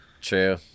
True